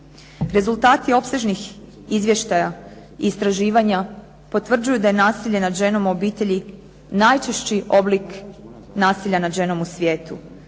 Rezultati opsežnih izvještaja i istraživanja potvrđuju da je nasilje nad ženama u obitelji najčešći oblik nasilja nad ženom u svijetu,